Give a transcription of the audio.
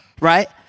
right